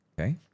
Okay